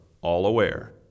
all-aware